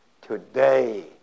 today